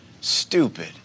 stupid